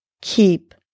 keep